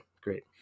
Great